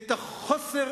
את חוסר